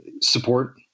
support